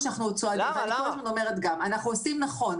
ברגע שאנחנו צועדים ואתה כל הזמן אומר את גם אנחנו עושים נכון.